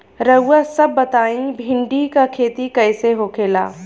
रउआ सभ बताई भिंडी क खेती कईसे होखेला?